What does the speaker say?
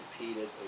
repeatedly